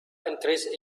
increased